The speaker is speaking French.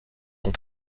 ont